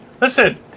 Listen